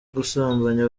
gusambanya